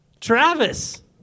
Travis